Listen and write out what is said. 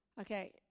Okay